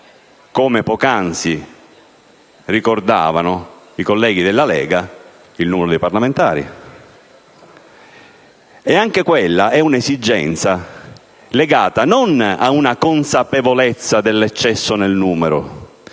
come poc'anzi ricordavano i colleghi della Lega: il numero dei parlamentari. E anche quella è un'esigenza legata non ad una consapevolezza dell'eccesso del numero, quanto alla